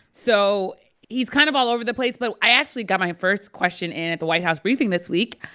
so he's kind of all over the place. but i actually got my first question in at the white house briefing this week.